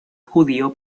judío